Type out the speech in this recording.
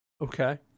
Okay